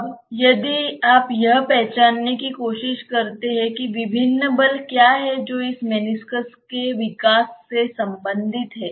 अब यदि आप यह पहचानने की कोशिश करते हैं कि विभिन्न बल क्या हैं जो इस मेनिस्कस के विकास से संबंधित हैं